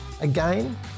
Again